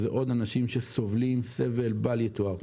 זה עוד אנשים שסובלים סבל בל יתואר.